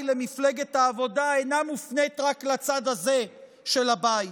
למפלגת העבודה אינה מופנית רק לצד הזה של הבית.